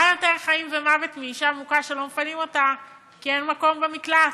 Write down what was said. מה יותר חיים ומוות מאישה מוכה שלא מפנים אותה כי אין מקום במקלט?